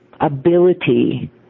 ability